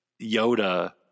Yoda